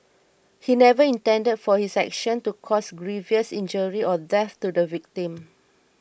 he never intended for his action to cause grievous injury or death to the victim